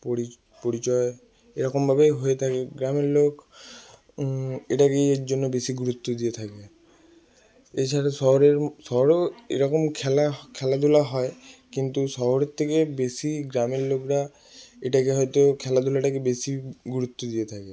পরিচ পরিচয় এরকমভাবেই হয়ে থাকে গ্রামের লোক এটাকেই এর জন্য বেশি গুরুত্ব দিয়ে থাকে এছাড়া শহরের শহরেও এরকম খেলা খেলাধূলা হয় কিন্তু শহরের থেকে বেশি গ্রামের লোকরা এটাকে হয়তো খেলাধূলাটাকে বেশি গুরুত্ব দিয়ে থাকে